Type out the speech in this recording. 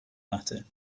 latter